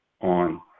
on